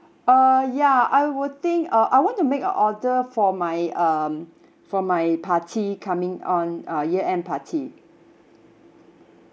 uh ya I would think uh I want to make a order for my um for my party coming on uh year end party